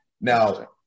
Now